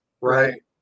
right